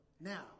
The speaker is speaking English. Now